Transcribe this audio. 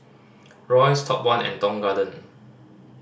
Royce Top One and Tong Garden